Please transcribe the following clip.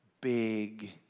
big